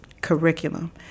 curriculum